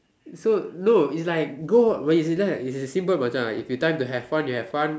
so no is like go when you realise it's simple Macha when it's time to have fun you have fun